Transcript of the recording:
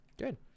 Good